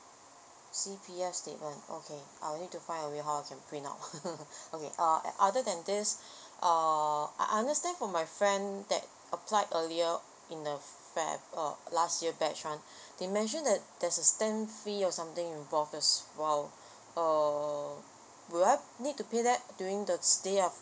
C_P_F statement okay I'll need to find a way how I can print out okay uh and other than this err I understand from my friend that applied earlier in a bat~ uh last year batch one they mention that there's a stamp fee or something involved while err would I need to pay that during the day of